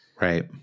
Right